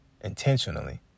intentionally